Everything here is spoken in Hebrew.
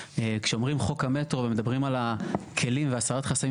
כשאומרים חוק המטרו ומדברים על הכלים ועל הסרת חסמים